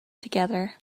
together